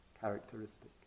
characteristic